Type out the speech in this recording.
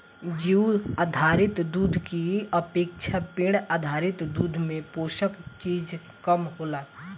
जीउ आधारित दूध की अपेक्षा पेड़ आधारित दूध में पोषक चीज कम होला